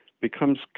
becomes